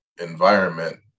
environment